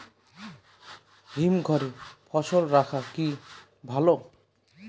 হিমঘরে ফসল রাখা কি ভালো?